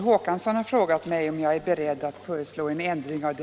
Herr talman!